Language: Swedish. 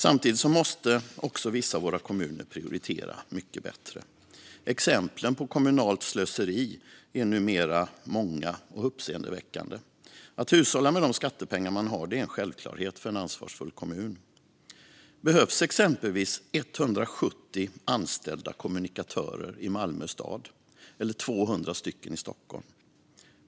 Samtidigt måste vissa av våra kommuner prioritera mycket bättre. Exemplen på kommunalt slöseri är numera många och uppseendeväckande. Att hushålla med de skattepengar man har är en självklarhet för en ansvarsfull kommun. Behövs exempelvis 170 anställda kommunikatörer i Malmö stad eller 200 i Stockholm?